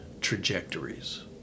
trajectories